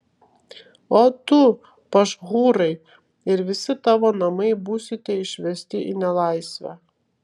o tu pašhūrai ir visi tavo namai būsite išvesti į nelaisvę